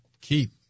keep